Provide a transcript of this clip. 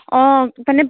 অঁ মানে